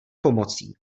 pomocí